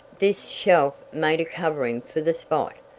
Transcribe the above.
this shelf made a covering for the spot,